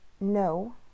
no